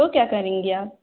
वह क्या करेंगी आप